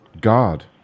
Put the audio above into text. God